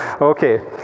Okay